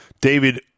David